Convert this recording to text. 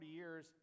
years